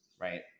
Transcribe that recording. Right